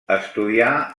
estudià